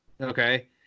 Okay